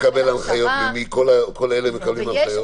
ממי כל אלה מקבלים הנחיות?